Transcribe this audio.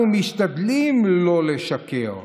אנחנו משתדלים לא לשקר.